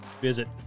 visit